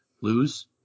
lose